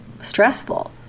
stressful